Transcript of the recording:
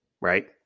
right